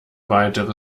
weitere